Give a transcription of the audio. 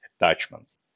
attachments